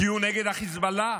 תהיו נגד החיזבאללה.